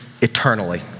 eternally